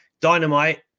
Dynamite